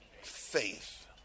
faith